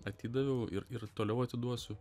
atidaviau ir ir toliau atiduosiu